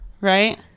right